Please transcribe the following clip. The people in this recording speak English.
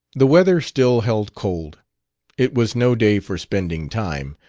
the weather still held cold it was no day for spending time,